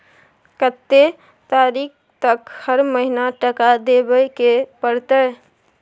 कत्ते तारीख तक हर महीना टका देबै के परतै?